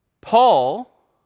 Paul